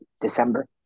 December